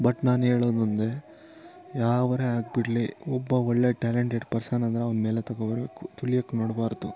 but ನಾನು ಹೇಳೋದೊಂದೆ ಯಾವರೇ ಆಗಿಬಿಡ್ಲಿ ಒಬ್ಬ ಒಳ್ಳೆ ಟ್ಯಾಲೆಂಟೆಡ್ ಪರ್ಸನ್ ಅಂದರೆ ಅವ್ನ ಮೇಲೆ ತೊಗೋ ಬರಬೇಕು ತುಳಿಯಕ್ಕೆ ನೋಡಬಾರ್ದು